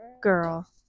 girl